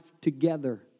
together